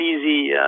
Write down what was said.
easy